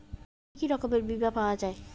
কি কি রকমের বিমা পাওয়া য়ায়?